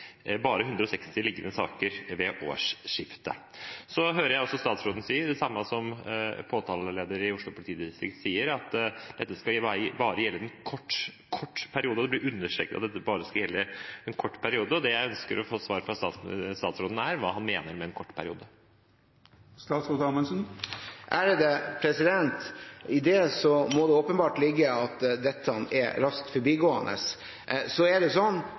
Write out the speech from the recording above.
liggende ved årsskiftet. Jeg hører også statsråden si det samme som påtaleleder i Oslo politidistrikt sier, at dette skal gjelde bare en kort, kort periode – det blir understreket at dette skal gjelde bare en kort periode. Det jeg ønsker å få svar på av statsråden, er hva han mener med en kort periode. I det må det åpenbart ligge at dette er raskt forbigående. Så er det